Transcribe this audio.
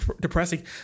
depressing